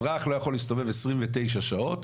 אזרח לא יכול להסתובב עשרים ותשע שעות.